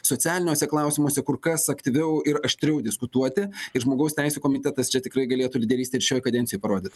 socialiniuose klausimuose kur kas aktyviau ir aštriau diskutuoti ir žmogaus teisių komitetas čia tikrai galėtų lyderystę ir šioj kadencijoj parodyt